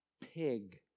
pig